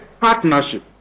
partnership